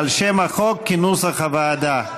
שם החוק כנוסח הוועדה.